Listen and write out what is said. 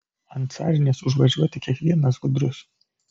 ant sąžinės užvažiuoti kiekvienas gudrus